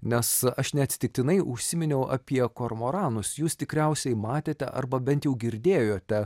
nes aš neatsitiktinai užsiminiau apie kormoranus jūs tikriausiai matėte arba bent jau girdėjote